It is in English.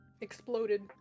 exploded